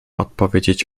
odpowiedzieć